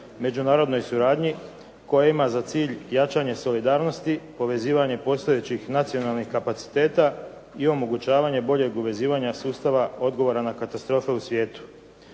međunarodnoj suradnji koja ima za cilj jačanje solidarnosti, povezivanje postojećih nacionalnih kapaciteta i omogućavanje boljeg uvezivanja sustava odgovora na katastrofe u svijetu.